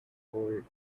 cold